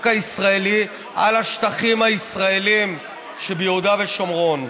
הישראלי על השטחים הישראליים שביהודה ושומרון.